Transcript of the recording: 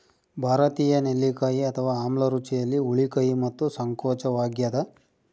ಭಾರತೀಯ ನೆಲ್ಲಿಕಾಯಿ ಅಥವಾ ಆಮ್ಲ ರುಚಿಯಲ್ಲಿ ಹುಳಿ ಕಹಿ ಮತ್ತು ಸಂಕೋಚವಾಗ್ಯದ